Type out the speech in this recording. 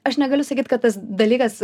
aš negaliu sakyt kad tas dalykas